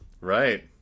Right